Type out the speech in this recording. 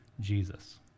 Jesus